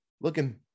Looking